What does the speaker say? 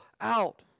out